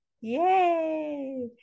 Yay